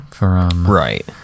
Right